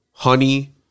honey